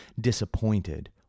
disappointed